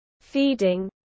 feeding